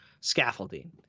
scaffolding